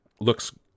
Looks